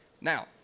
Now